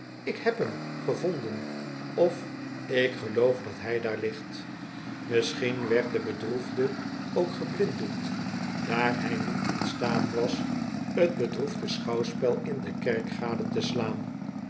ik heb hem gevonden of ik geloof dat hij daar ligt misschien werd de bedroefde ook geblinddoekt daar hij niet in staat was t bedroefde schouwspel in de kerk gade te slaan